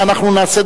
אנחנו נעשה,